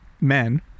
men